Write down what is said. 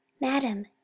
Madam